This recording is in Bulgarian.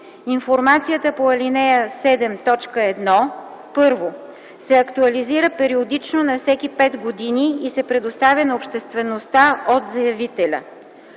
Информацията по ал. 7, т. 1: 1. се актуализира периодично на всеки пет години и се предоставя на обществеността от заявителя;